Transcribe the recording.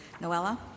Noella